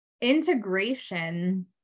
integration